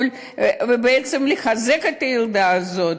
ובעצם צריך לחזק את הילדה הזאת?